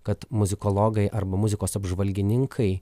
kad muzikologai arba muzikos apžvalgininkai